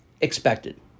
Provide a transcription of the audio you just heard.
expected